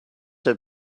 have